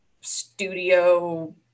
studio